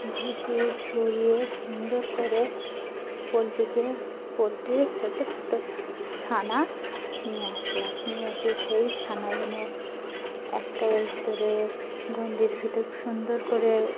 ভুষিয ছড়িয়ে সুন্দর করে পোল্ট্রিকে পোলট্রির ছোট্টো ছোট্টো ছ ছানা নিয়ে আসলাম নিয়ে এসে সেই ছানাগুলো একট এর ভিতরে গণ্ডির ভিতর সুন্দর করে